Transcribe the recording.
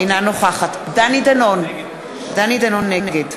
אינה נוכחת דני דנון, נגד